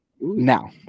Now